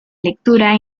lectura